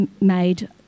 made